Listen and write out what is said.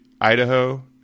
Idaho